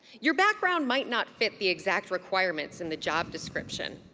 your background might not fit the exact requirements in the job description.